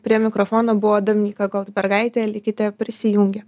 prie mikrofono buvo dominyka goldbergaitė likite prisijungę